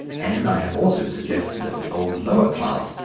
and i have also suggested that the old lower class,